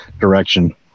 direction